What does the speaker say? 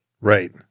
Right